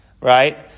right